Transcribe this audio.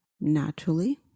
naturally